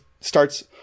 starts